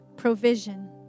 Provision